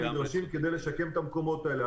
הנדרשים כדי לשקם את המקומות האלה.